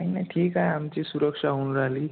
काही नाही ठीक आहे आमची सुरक्षा होऊन राहिली